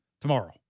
Tomorrow